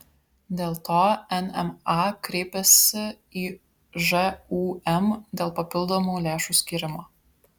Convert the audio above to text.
dėl to nma kreipėsi į žūm dėl papildomų lėšų skyrimo